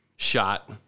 Shot